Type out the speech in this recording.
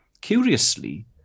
Curiously